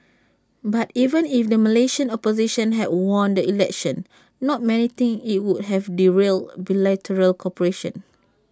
but even if the Malaysian opposition had won the election not many think IT would have derailed bilateral cooperation